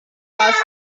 was